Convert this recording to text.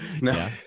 no